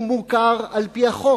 הוא מוכר על-פי החוק.